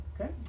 okay